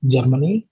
Germany